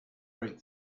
break